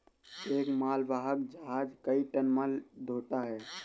एक मालवाहक जहाज कई टन माल ढ़ोता है